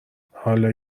حالا